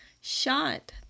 shot